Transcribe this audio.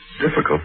difficult